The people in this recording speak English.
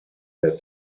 that